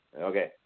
okay